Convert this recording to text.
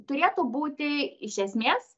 turėtų būti iš esmės